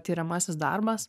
tiriamasis darbas